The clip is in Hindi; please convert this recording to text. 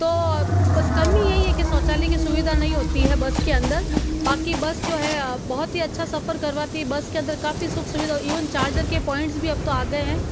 तो बस कमी यही है कि शौचालय की सुविधा नहीं होती है बस के अंदर बाकी बस जो है बहुत ही अच्छा सफ़र करवाती बस के अंदर काफ़ी सुख सुविधा इवन चार्जर के पोइंट्स भी अब तो आ गए हैं